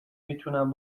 میتونم